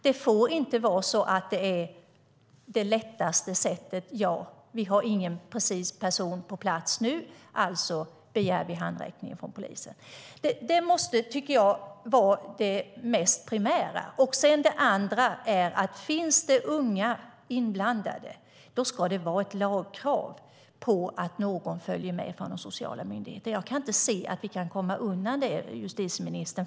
Det får inte vara så att det blir det lättaste sättet: Vi har ingen person på plats nu, alltså begär vi handräckning från polisen. Det måste vara det primära. Det andra är att om det finns unga inblandade ska det vara ett lagkrav på att någon följer med från de sociala myndigheterna. Jag kan inte se att vi kan komma undan det, justitieministern.